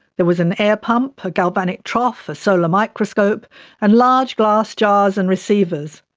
there was an air pump, a galvanic trough, a solar microscope and large glass jars and receivers.